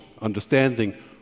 understanding